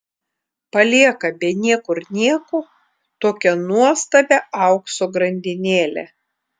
palieka be niekur nieko tokią nuostabią aukso grandinėlę